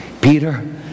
Peter